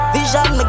Vision